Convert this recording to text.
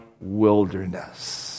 wilderness